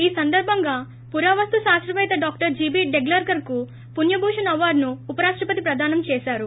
ఈ సందర్భంగా పురావస్తు శాస్తపేత్త డాక్టర్ జీ బీ డెగ్లర్కర్ కు పుణ్యభూషన్ అవార్డును ఉపరాష్టపతి ప్రదానం చేశారు